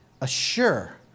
assure